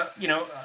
you know,